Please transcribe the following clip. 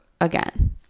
again